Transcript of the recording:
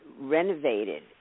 renovated